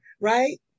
right